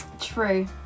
True